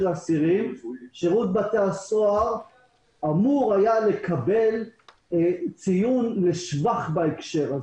אסירים שירות בתי-הסוהר היה אמור לקבל ציון לשבח בהקשר הזה.